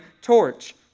torch